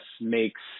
makes